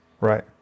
Right